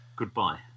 goodbye